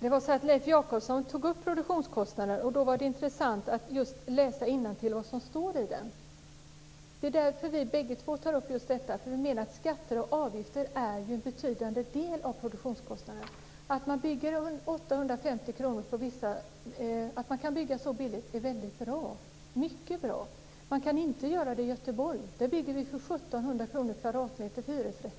Fru talman! Leif Jakobsson tog upp produktionskostnaden, och därför var det intressant att just läsa innantill vad som står i betänkandet. Det är därför vi båda tar upp just detta. Vi menar att skatter och avgifter är en betydande del av produktionskostnaden. Att man kan bygga så billigt som för 850 kr per kvadratmeter på vissa håll är mycket bra. Man kan inte göra det i Göteborg, där man bygger hyresrätter för 1 700 kr per kvadratmeter